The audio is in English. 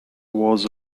was